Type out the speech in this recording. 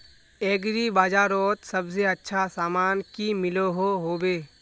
Agri बजारोत सबसे अच्छा सामान की मिलोहो होबे?